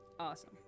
Awesome